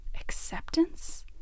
Acceptance